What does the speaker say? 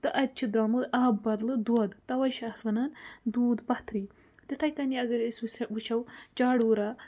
تہٕ اَتہِ چھِ درٛامُت آبہٕ بَدلہٕ دۄد تَوَے چھِ اَتھ وَنان دوٗدھ پَتھری تِتھَے کٔنی اَگر أسۍ وٕچھو چاڈورہ